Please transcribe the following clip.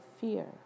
fear